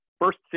first